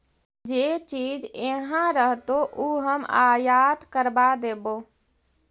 जे चीज इहाँ रहतो ऊ हम आयात करबा देबो